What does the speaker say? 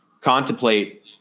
contemplate